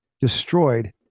destroyed